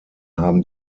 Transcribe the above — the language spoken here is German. haben